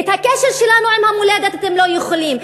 את הקשר שלנו עם המולדת אתם לא יכולים.